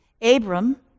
Abram